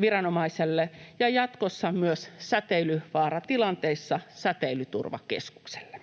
viranomaiselle ja jatkossa säteilyvaaratilanteissa myös Säteilyturvakeskukselle.